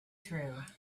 through